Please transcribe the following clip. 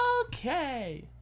Okay